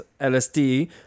LSD